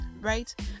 Right